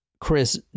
Chris